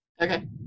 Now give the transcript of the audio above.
Okay